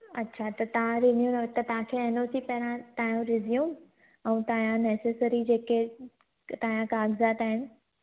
अच्छा त तव्हां हींअर तव्हांखे एन ओ सी पहिरां तव्हांजो रिज़्युम ऐं तव्हांजा नेसेसरी जेके तव्हांजा काग़ज़ात आहिनि